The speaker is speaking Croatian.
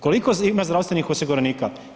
Koliko ima zdravstvenih osiguranika?